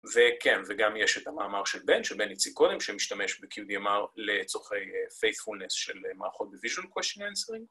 וכן, וגם יש את המאמר של בן, של בן יציא קודם, שמשתמש ב-QDMR לצורכי faithfulness של מערכות ב-visual question answering.